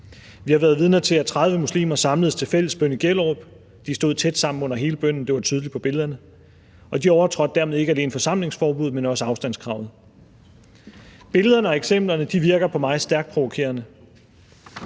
Vi har været vidner til, at 30 muslimer samledes til fælles bøn i Gellerup. De stod tæt sammen under hele bønnen – det var tydeligt på billederne – og de overtrådte dermed ikke alene forsamlingsforbuddet, men også afstandskravet. Billederne og eksemplerne virker på mig stærkt provokerende.